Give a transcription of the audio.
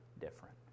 different